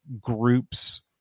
groups